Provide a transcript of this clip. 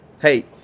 hey